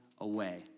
away